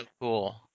cool